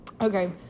Okay